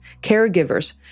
caregivers